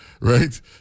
right